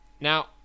Now